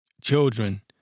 children